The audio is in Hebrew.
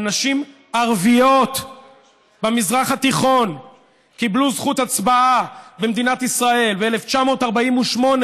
אבל נשים ערביות במזרח התיכון קיבלו זכות הצבעה במדינת ישראל ב-1948.